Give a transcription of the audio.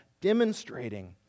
demonstrating